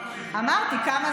אביר